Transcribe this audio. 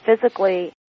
physically